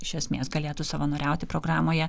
iš esmės galėtų savanoriauti programoje